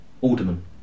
Alderman